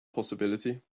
possibility